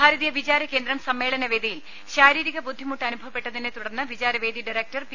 ഭാരതീയ വിചാര കേന്ദ്രം സമ്മേളന വേദിയിൽ ശാരീരിക ബുദ്ധിമുട്ട് അനുഭവപ്പെട്ടതിനെ തുടർന്ന് വിചാരവേദി ഡയരക്ടർ പി